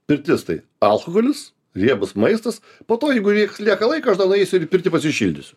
pirtis tai alkoholis riebus maistas po to jeigu lieka laiko aš dar nueisiu ir į pirtį pasišildysiu